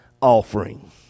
offering